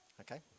okay